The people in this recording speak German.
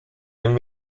den